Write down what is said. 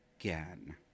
again